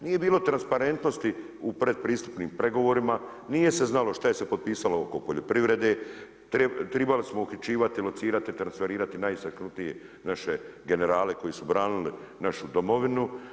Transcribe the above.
Nije bilo transparentnosti u predpristupnim pregovorima, nije se znalo šta je se potpisalo oko poljoprivrede, trebali smo uhićivati, locirati, transferirati naše generale koji su branili našu domovinu.